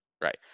Right